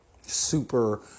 super